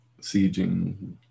sieging